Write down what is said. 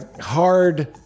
hard